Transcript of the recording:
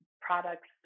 products